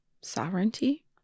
sovereignty